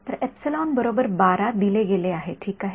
तर दिले गेले आहे ठीक आहे